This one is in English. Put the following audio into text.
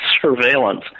surveillance